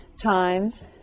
times